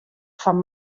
fan